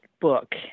book